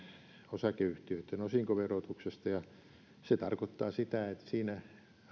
osakeyhtiöitten osinkoverotuksesta ja se tarkoittaa sitä että siinä